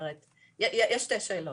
יש שתי שאלות.